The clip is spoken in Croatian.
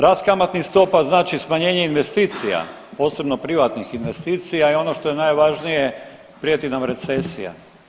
Rast kamatnih stopa znači smanjenje investicija, posebno privatnih investicija i ono što je najvažnije prijeti nam recesija.